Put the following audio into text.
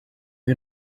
you